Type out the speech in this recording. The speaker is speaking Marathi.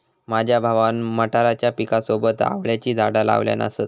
माझ्या भावान मटारच्या पिकासोबत आवळ्याची झाडा लावल्यान असत